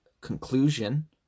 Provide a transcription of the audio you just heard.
conclusion